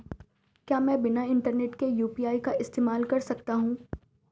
क्या मैं बिना इंटरनेट के यू.पी.आई का इस्तेमाल कर सकता हूं?